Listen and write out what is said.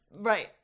Right